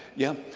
yeah.